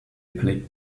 played